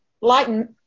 lighten